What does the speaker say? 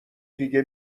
دیگه